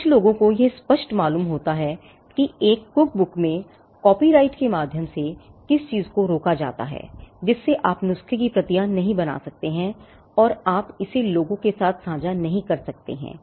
अब कुछ लोगों को यह स्पष्ट मालूम होता है कि एक कुकबुक में एक कॉपीराइट के माध्यम से किस चीज को रोका जाता है जिससे आप नुस्खे की प्रतियां नहीं बना सकते हैं और आप इसे लोगों के साथ साझा नहीं कर सकते हैं